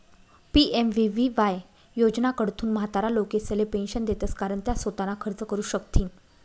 PMVVY योजनाकडथून म्हातारा लोकेसले पेंशन देतंस कारण त्या सोताना खर्च करू शकथीन